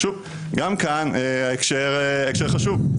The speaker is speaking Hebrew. שוב, גם כאן ההקשר חשוב.